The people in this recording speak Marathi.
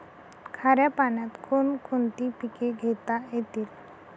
खाऱ्या पाण्यात कोण कोणती पिके घेता येतील?